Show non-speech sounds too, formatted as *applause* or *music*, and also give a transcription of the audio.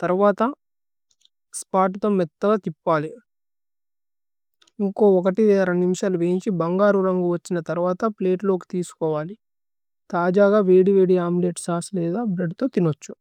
തരുവത സ്പോതു *noise* തോ മേത്തഗ തിപ്പലി ഇന്കോ। നിമിശലു വേന്ഛി ബന്ഗരു ലന്ഗു ഓഛ്ഛിന। തരുവത പ്ലതേ ലോകു തീസുകോവലി തജഗ വേദി। വേദി അമുലേത് സാസു ലേധ ബ്രേഅദ് തോ തിനോഛു।